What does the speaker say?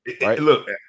Look